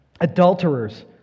adulterers